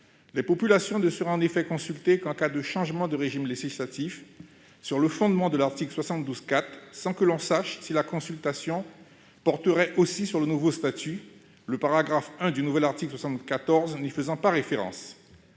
Les populations ne seraient en effet consultées qu'en cas de changement de régime législatif, sur le fondement de l'article 72-4 de la Constitution, sans que l'on sache si la consultation porterait aussi sur le nouveau statut, le I du nouvel article 74 n'y faisant pas référence.